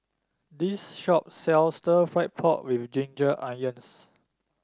this shop sells stir fry pork with Ginger Onions